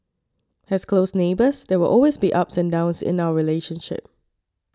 as close neighbours there will always be ups and downs in our relationship